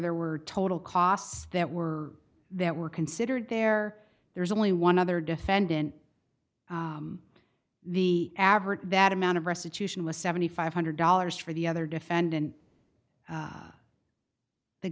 there were total costs that were that were considered there there's only one other defendant the average that amount of restitution was seventy five hundred dollars for the other defendan